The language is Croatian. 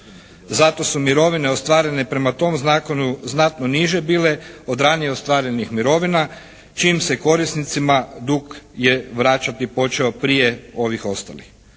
Zato su mirovine ostvarene prema tom zakonu znatno niže bile od ranije ostvarenih mirovina čijim se korisnicima dug je vraćati počeo prije ovih ostalih.